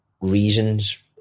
reasons